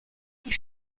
die